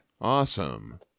awesome